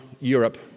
Europe